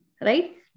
Right